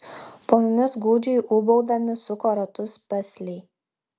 po mumis gūdžiai ūbaudami suko ratus pesliai